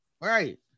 Right